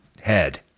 head